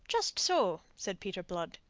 just so, said peter blood,